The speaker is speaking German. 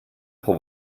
pro